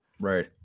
Right